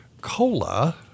COLA